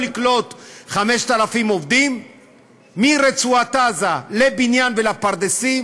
לקלוט 5,000 עובדים מרצועת עזה לבניין ולפרדסים?